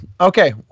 okay